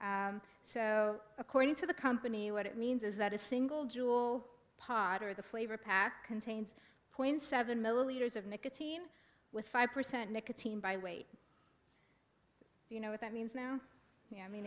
now so according to the company what it means is that a single jewel pod or the flavor pack contains point seven million years of nicotine with five percent nicotine by weight do you know what that means now yeah me